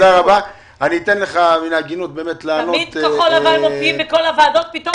תמיד כחול לבן מופיעים בכל הוועדות ופתאום